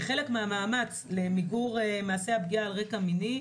כחלק מהמאמץ למיגור מעשי הפגיעה על רקע מיני,